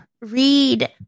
read